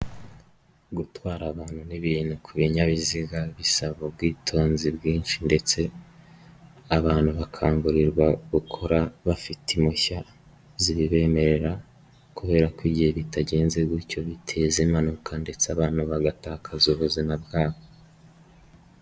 Gutwara abantu n'ibintu ku binyabiziga bisaba ubwitonzi bwinshi ndetse abantu bakangurirwa gukora bafite impushya zibemerera kubera ko igihe bitagenze gutyo biteza impanuka ndetse abantu bagatakaza ubuzima bwabo.